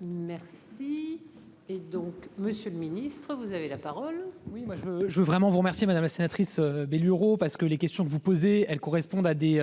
Merci et donc Monsieur le Ministre, vous avez la parole. Oui, moi je veux je veux vraiment vous remercier, madame la sénatrice. Bé parce que les questions que vous posez, elles correspondent à des.